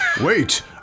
Wait